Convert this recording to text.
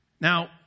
Now